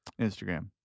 instagram